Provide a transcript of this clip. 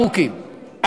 ארוכים,